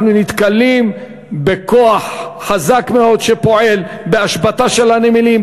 אנחנו נתקלים בכוח חזק מאוד שפועל בהשבתה של הנמלים,